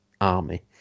army